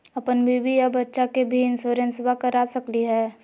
अपन बीबी आ बच्चा के भी इंसोरेंसबा करा सकली हय?